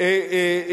אל תדאג,